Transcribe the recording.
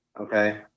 Okay